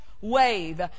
wave